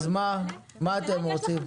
אז מה אתם רוצים?